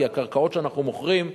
כי הקרקעות שאנחנו מוכרים,